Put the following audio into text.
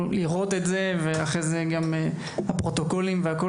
לראות את זה ואחרי זה גם הפרוטוקולים והכול.